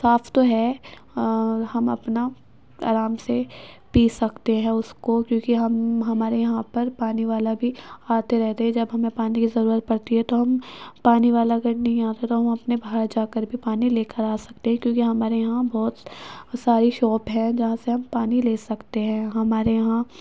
صاف تو ہے ہم اپنا آرام سے پی سکتے ہیں اس کو کیونکہ ہم ہمارے یہاں پر پانی والا بھی آتے رہتے ہیں جب ہمیں پانی کی ضرورت پڑتی ہے تو ہم پانی والا اگر نہیں آتے تو ہم اپنے باہر جا کر بھی پانی لے کر آ سکتے ہیں کیونکہ ہمارے یہاں بہت ساری شاپ ہیں جہاں سے ہم پانی لے سکتے ہیں ہمارے یہاں